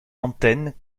antenne